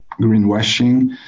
greenwashing